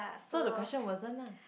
so the question wasn't lah